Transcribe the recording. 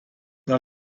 dans